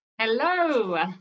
Hello